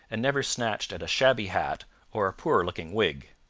and never snatched at a shabby hat or a poor looking wig.